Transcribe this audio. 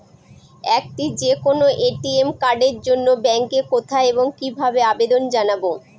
একটি যে কোনো এ.টি.এম কার্ডের জন্য ব্যাংকে কোথায় এবং কিভাবে আবেদন জানাব?